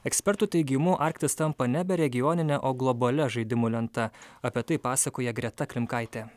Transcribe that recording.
ekspertų teigimu arktis tampa nebe regionine o globalia žaidimų lenta apie tai pasakoja greta klimkaitė